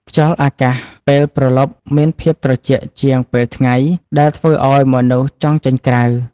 ខ្យល់អាកាសពេលព្រលប់មានភាពត្រជាក់ជាងពេលថ្ងៃ ដែលធ្វើឱ្យមនុស្សចង់ចេញក្រៅ។